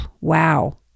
wow